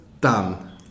done